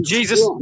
Jesus